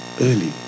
early